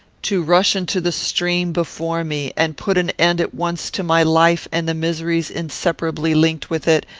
to rush into the stream before me, and put an end at once to my life and the miseries inseparably linked with it,